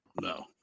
No